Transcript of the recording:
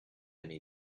only